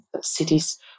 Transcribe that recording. cities